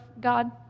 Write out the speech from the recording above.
God